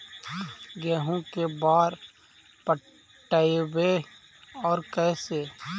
गेहूं के बार पटैबए और कैसे?